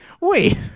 wait